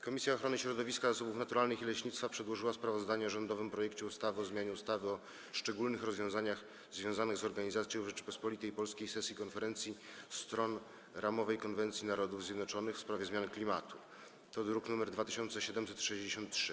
Komisja Ochrony Środowiska, Zasobów Naturalnych i Leśnictwa przedłożyła sprawozdanie o rządowym projekcie ustawy o zmianie ustawy o szczególnych rozwiązaniach związanych z organizacją w Rzeczypospolitej Polskiej sesji Konferencji Stron Ramowej konwencji Narodów Zjednoczonych w sprawie zmian klimatu, druk nr 2763.